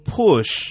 push